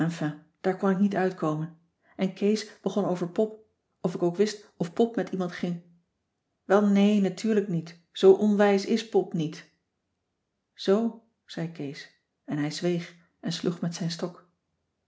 daar kon ik niet uitkomen en kees begon over pop of ik ook wist of pop met iemand ging welnee natuurlijk niet zoo onwijs is pop niet zoo zei kees en hij zweeg en sloeg met zijn stok